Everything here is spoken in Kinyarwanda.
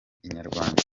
inyarwanda